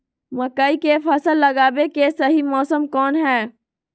मकई के फसल लगावे के सही मौसम कौन हाय?